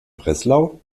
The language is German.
breslau